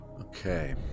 okay